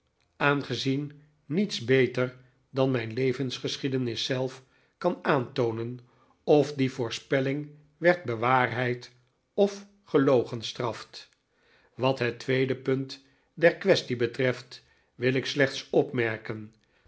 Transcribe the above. aangezien niets beter dan mijn levensgeschiedenis zelf kan aantoonen of die voorspelling werd bewaarheid of gelogenstraft wat het tweede punt der kwestie betreft wil ik slechts opmerken